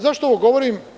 Zašto ovo govorim?